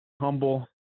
Humble